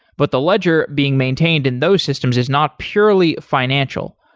but the ledger being maintained in those systems is not purely financial.